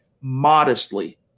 modestly